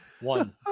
One